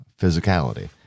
physicality